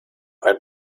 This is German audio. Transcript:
ein